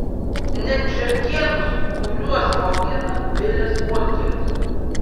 net žiurkėnus kuriuos augina bilis volkeris